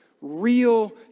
real